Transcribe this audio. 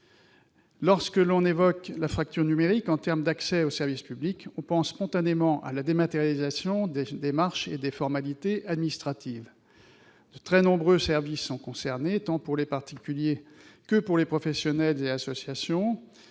Lorsque l'on évoque la fracture numérique, s'agissant de l'accès aux services publics, on pense spontanément à la dématérialisation des démarches et des formalités administratives. De très nombreux services sont concernés, tant pour les particuliers que pour les professionnels et les associations.